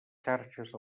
xarxes